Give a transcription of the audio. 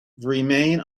remain